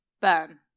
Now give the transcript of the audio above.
Burn